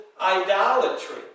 idolatry